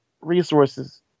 resources